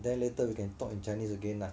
then later we can talk in chinese again lah